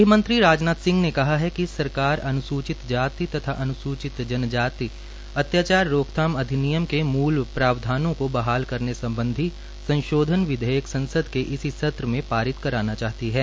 गृहमंत्री राजनाथ सिंह ने कहा है कि सरकार अनुसूचित जाति तथा अन्सूचित जनजाति अत्याचार रोकथाम अधिनियम के मूल प्रावधानों को बहाल करने सम्बधी विधेयक के इसी सत्र में पारित कराना चाहतीहै